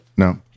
No